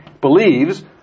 believes